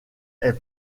est